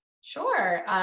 Sure